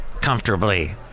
comfortably